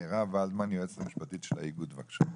מירב ולדמן היועצת המשפטית של האיגוד, בבקשה.